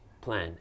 plan